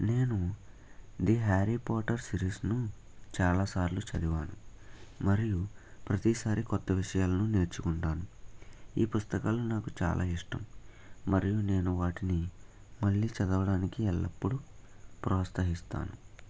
నేను the Harry Potter సిరీసును చాలాసార్లు చదివాను మరియు ప్రతిసారి కొత్త విషయాలను నేర్చుకుంటాను ఈ పుస్తకాలు నాకు చాలా ఇష్టం మరియు నేను వాటిని మళ్లీ చదవడానికి ఎల్లప్పుడూ ప్రోత్సహిస్తాను